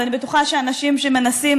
ואני בטוחה שאנשים שמנסים,